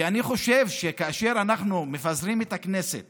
כי אני חושב שכאשר אנחנו מפזרים את הכנסת